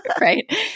right